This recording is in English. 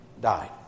died